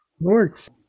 works